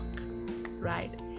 right